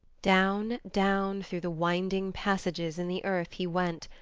down, down, through the winding passages in the earth he went,